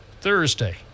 Thursday